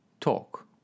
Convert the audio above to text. talk